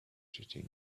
cheating